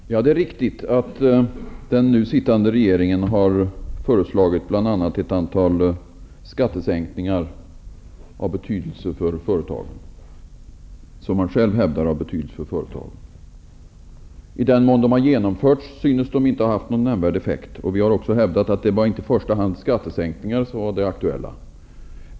Herr talman! Det är riktigt att den nu sittande regeringen har föreslagit bl.a. ett antal skattesänkningar, vilka man själv hävdar har betydelse för företagen. I den mån de har genomförts synes de inte ha haft någon nämnvärd effekt. Vi har också hävdat att det inte i första hand var skattesänkningar som var aktuella.